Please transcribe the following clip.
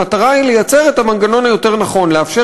המטרה היא לייצר את המנגנון היותר-נכון: לאפשר